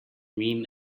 mean